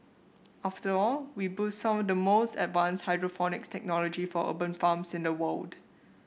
after all we boast some of the most advanced hydroponics technology for urban farms in the world